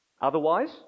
Otherwise